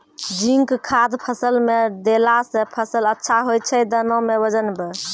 zinc खाद फ़सल मे देला से फ़सल अच्छा होय छै दाना मे वजन ब